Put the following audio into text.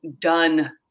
done